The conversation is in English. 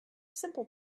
simple